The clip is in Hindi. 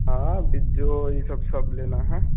हाँ बि जो यह सब सब लेना है